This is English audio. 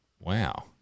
Wow